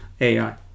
AI